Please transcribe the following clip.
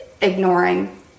ignoring